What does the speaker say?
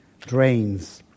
drains